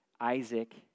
Isaac